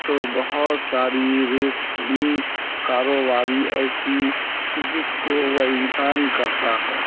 تو بہت ساری کاروباری ایسی جس کو وہ انسان کرتا ہے